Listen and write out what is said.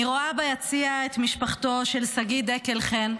אני רואה ביציע את משפחתו של שגיא דקל חן,